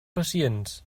pacients